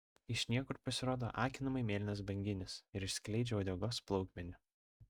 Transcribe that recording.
iš niekur pasirodo akinamai mėlynas banginis ir išskleidžia uodegos plaukmenį